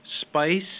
spice